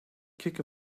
kick